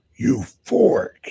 euphoric